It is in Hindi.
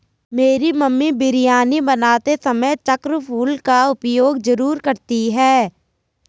मेरी मम्मी बिरयानी बनाते समय चक्र फूल का उपयोग जरूर करती हैं